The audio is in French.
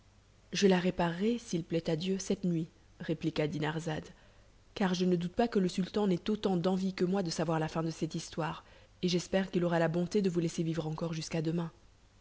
je la réparerai s'il plaît à dieu cette nuit répliqua dinarzade car je ne doute pas que le sultan n'ait autant d'envie que moi de savoir la fin de cette histoire et j'espère qu'il aura la bonté de vous laisser vivre encore jusqu'à demain